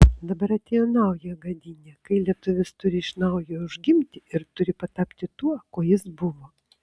dabar atėjo nauja gadynė kai lietuvis turi iš naujo užgimti ir turi patapti tuo kuo jis buvo